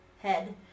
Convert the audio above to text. head